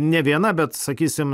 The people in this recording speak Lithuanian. ne viena bet sakysim